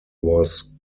was